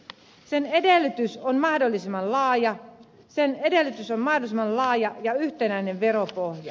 sen edellytys on mahdollisimman laaja ja yhtenäinen veropohja